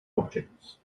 objects